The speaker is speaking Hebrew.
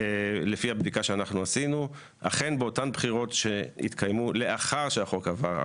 לפי הבדיקה שאנחנו עשינו אכן באותן בחירות שהתקיימו לאחר שהחוק עבר,